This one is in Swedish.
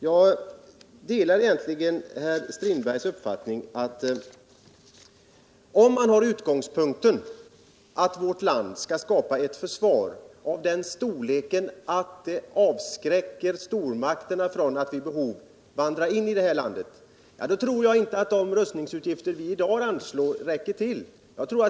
Ja, om man har som utgångspunkt att vårt land skall skapa ett försvar av sådan storlek att det avskräcker stormakterna från att vid behov vandra in i landet, då tror jag inte att de rustningsutgifter vi i dag anslår räcker till.